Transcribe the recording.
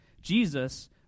Jesus